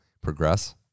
progress